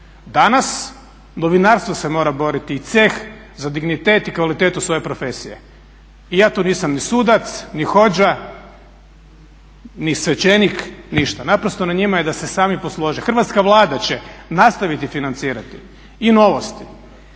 Danas novinarstvo se mora boriti i ceh za dignitet za kvalitetu i svoje profesije i ja tu nisam ni sudac, ni hodža, ni svećenik ništa, naprosto na njima je da se sami poslože. Hrvatska vlada će nastaviti financirati i Novosti